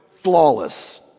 flawless